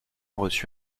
reçu